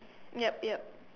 yup yup